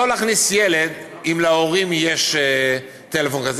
לא להכניס ילד אם להורים יש טלפון כזה,